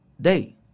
day